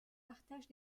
partage